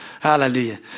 Hallelujah